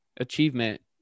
achievement